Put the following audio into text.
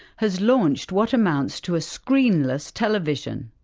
has launched what amounts to a screenless television.